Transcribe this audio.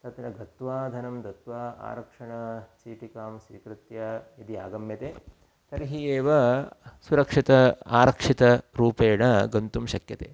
तत्र गत्वा धनं दत्वा आरक्षणचीटिकां स्वीकृत्य यदि आगम्यते तर्हि एव सुरक्षित आरक्षितरूपेण गन्तुं शक्यते